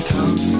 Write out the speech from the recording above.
Come